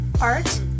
art